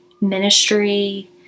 ministry